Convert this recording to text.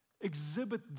exhibit